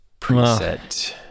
preset